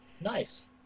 Nice